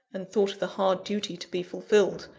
and thought of the hard duty to be fulfilled,